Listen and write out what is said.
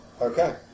Okay